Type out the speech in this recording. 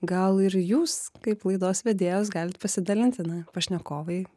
gal ir jūs kaip laidos vedėjos galit pasidalinti na pašnekovai